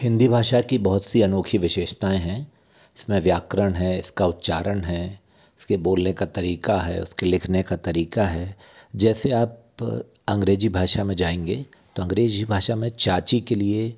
हिन्दी भाषा की बहुत सी अनोखी विशेषताऍं हैं इसमें व्याक्रण है इसका उच्चारण है इसके बोलने का तरीका है उसके लिखने का तरीका है जैसे आप अंग्रेजी भाषा में जाएंगे तो अंग्रजी भाषा में चाची के लिए